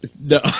No